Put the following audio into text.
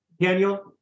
Daniel